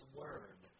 word